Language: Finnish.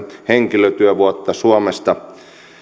henkilötyövuotta suomesta